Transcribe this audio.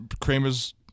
Kramer's